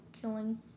killing